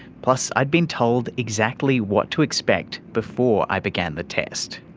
plus i'd been told exactly what to expect before i began the test.